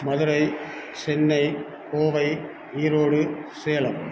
Madurai Chennai Kovai Erode Salem